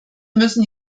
müssen